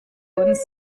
uns